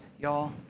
y'all